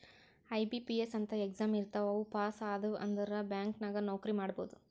IBPS ಅಂತ್ exam ಇರ್ತಾವ್ ಅವು ಪಾಸ್ ಆದ್ಯವ್ ಅಂದುರ್ ಬ್ಯಾಂಕ್ ನಾಗ್ ನೌಕರಿ ಮಾಡ್ಬೋದ